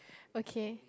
okay